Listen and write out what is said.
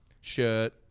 shirt